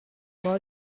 cor